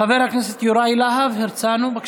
חבר הכנסת יוראי להב הרצנו, בבקשה.